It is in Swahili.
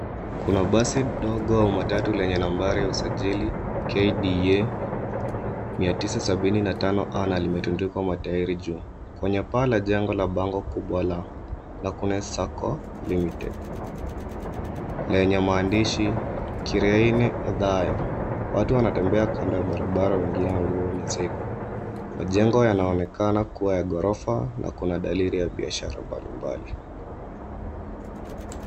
Kuna basi ndogo matatu lenye nambari ya usajili KDA 1975A na limetundikwa matairi juu kwenye pala jengo la bango kubwa la na Kune SACO Limited lenye maandishi Kireine Othaya. Watu wanatembea kando barabara wengine wamebeba mizigo. Majengo yanaonekana kuwa ya ghorofa na kuna dalili ya biashara balimbali.